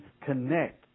connect